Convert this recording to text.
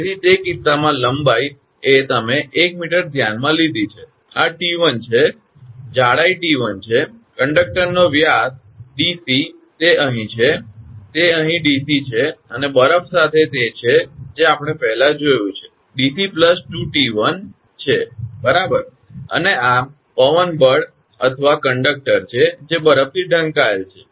તેથી તે કિસ્સામાં લંબાઈ એ તમે 1 મીટર ધ્યાનમાં લીધી છે આ 𝑡1 છે જાડાઈ 𝑡1 છે આ કંડક્ટરનો વ્યાસ 𝑑𝑐 છે તે અહીં છે તે અહીં 𝑑𝑐 છે અને બરફ સાથે તે છે જે આપણે પહેલા જોયું છે 𝑑𝑐 2𝑡1 છે બરાબર અને આ પવન બળ અથવા કંડક્ટર છે જે બરફથી ઢંકાયેલ છે